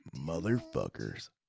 Motherfuckers